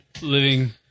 living